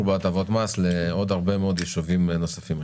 בהטבות מס להרבה מאוד ישובים נוספים.